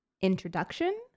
introduction